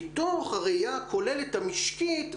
מתוך הראייה הכוללת המשקית וההורים.